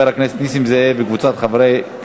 לא התקבלה.